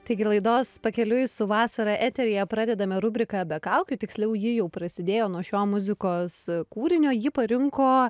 taigi laidos pakeliui su vasara eteryje pradedame rubriką be kaukių tiksliau ji jau prasidėjo nuo šio muzikos kūrinio jį parinko